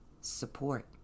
support